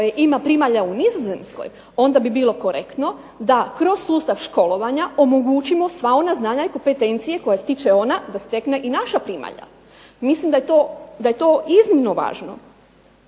koje ima primalja u Nizozemskoj onda bi bilo korektno da kroz sustav školovanja omogućimo sva ona znanja i kompetencije koje stiče ona da stekne i naša primalja. Mislim da je to iznimno važno.